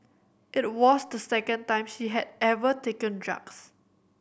it was the second time she had ever taken drugs